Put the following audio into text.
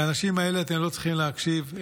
לאנשים האלה אתם לא צריכים להקשיב.